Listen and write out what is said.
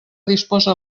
disposa